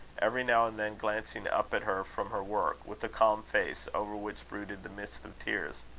every now and then glancing up at her from her work, with a calm face, over which brooded the mist of tears.